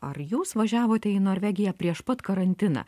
ar jūs važiavote į norvegiją prieš pat karantiną